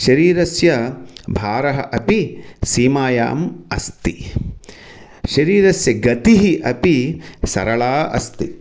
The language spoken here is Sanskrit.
शरीरस्य भारः अपि सीमायाम् अस्ति शरीरस्य गतिः अपि सरला अस्ति